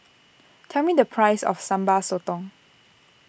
tell me the price of Sambal Sotong